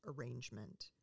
arrangement